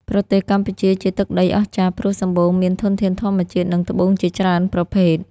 ប្រទេសកម្ពុជាជាទឹកដីអស្ចារ្យព្រោះសម្បូរមានធនធានធម្មជាតិ និងត្បូងជាច្រើនប្រភេទ។